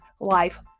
life